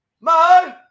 Mo